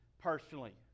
personally